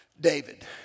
David